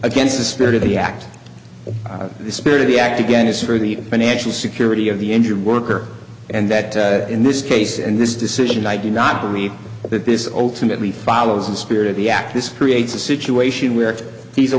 against the spirit of the act the spirit of the act again is for the financial security of the injured worker and that in this case and this decision i do not believe that this ultimately follows the spirit of the act this creates a situation where he's a